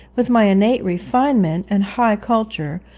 with my innate refinement and high culture,